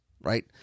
right